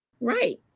Right